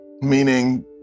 Meaning